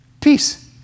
peace